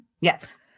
Yes